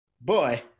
Boy